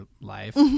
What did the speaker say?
life